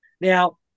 Now